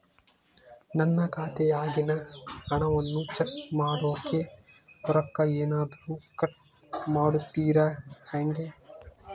ನನ್ನ ಖಾತೆಯಾಗಿನ ಹಣವನ್ನು ಚೆಕ್ ಮಾಡೋಕೆ ರೊಕ್ಕ ಏನಾದರೂ ಕಟ್ ಮಾಡುತ್ತೇರಾ ಹೆಂಗೆ?